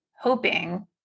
hoping